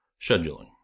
Scheduling